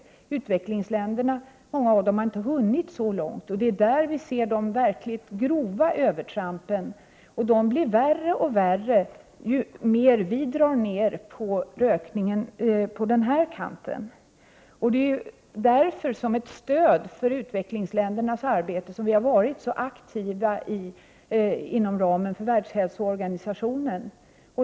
I många av utvecklingsländerna har man inte hunnit så långt. Det är där vi ser de verkligt grova övertrampen. Det blir värre och värre ju mer vi på den här kampen drar ner på rökningen. Det är därför, för att vara ett stöd för utvecklingsländernas arbete, som vi har varit så aktiva inom ramen för världshälsoorganisationen.